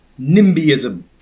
nimbyism